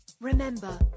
Remember